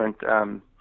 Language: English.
different